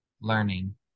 learning